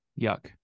Yuck